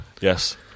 Yes